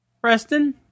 Preston